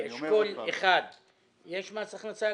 באשכול 1 יש מס הכנסה